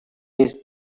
his